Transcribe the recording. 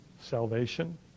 salvation